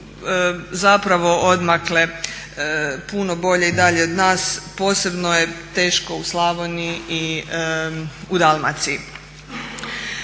odmakle puno bolje i dalje od nas. Posebno je teško u Slavoniji i u Dalmaciji.